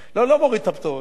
לא מוריד את הפטורים.